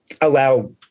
allow